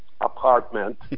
apartment